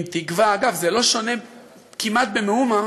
עם תקווה אגב, זה לא שונה כמעט במאומה